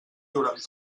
durant